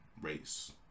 race